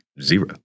zero